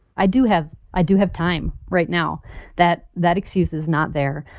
i do have i do have time right now that that excuse is not there.